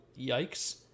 yikes